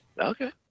Okay